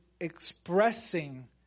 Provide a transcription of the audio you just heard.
expressing